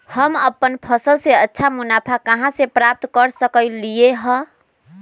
हम अपन फसल से अच्छा मुनाफा कहाँ से प्राप्त कर सकलियै ह?